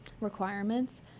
requirements